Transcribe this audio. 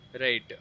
Right